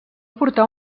portar